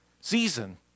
season